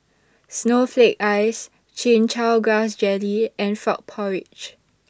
Snowflake Ice Chin Chow Grass Jelly and Frog Porridge